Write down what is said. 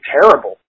terrible